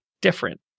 different